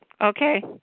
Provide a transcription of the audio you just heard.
okay